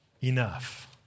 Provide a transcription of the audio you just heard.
enough